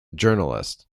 journalist